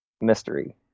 mystery